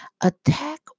attack